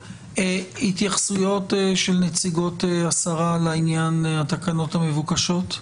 התייחסויות של נציגות השרה לעניין התקנות המבוקשות?